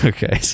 Okay